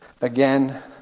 again